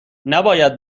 نباید